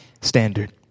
standard